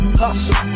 hustle